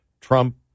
Trump